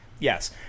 Yes